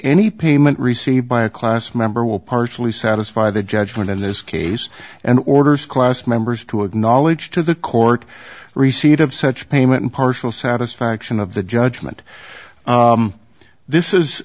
any payment received by a class member will partially satisfy the judgment in this case and orders class members to acknowledge to the cork receipt of such payment and partial satisfaction of the judgment this is